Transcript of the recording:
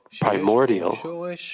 primordial